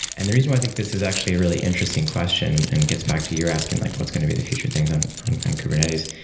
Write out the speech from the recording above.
and the reason why i think this is actually really interesting question and gets back to your asking like what's going to be the future things on on and kubernetes,